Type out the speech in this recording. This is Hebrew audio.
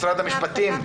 משרד המשפטים?